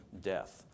death